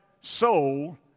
soul